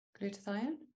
glutathione